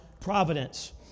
providence